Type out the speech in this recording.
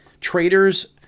traders